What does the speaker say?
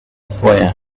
foyer